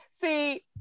See